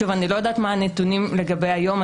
איני יודעת מה הנתונים לגבי היום.